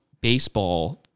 baseball